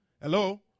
Hello